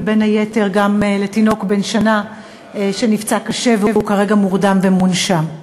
ובין היתר גם לתינוק בן השנה שנפצע קשה והוא כרגע מורדם ומונשם.